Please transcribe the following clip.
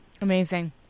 Amazing